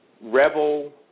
rebel